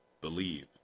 believe